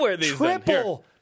triple